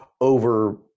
over